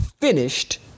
finished